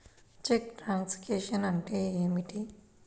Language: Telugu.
చెక్కు ట్రంకేషన్ అంటే ఏమిటి?